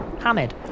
Hamid